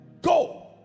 go